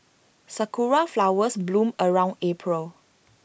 Sakura Flowers bloom around April